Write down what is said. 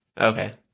Okay